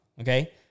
okay